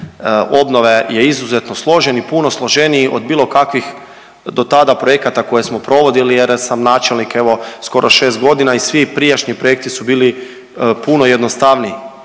obnove je izuzetno složen i puno složeniji od bilo kakvih do tada projekta koje smo provodili jer sam načelnik evo skoro šest godina i svi prijašnji projekti su bili puno jednostavniji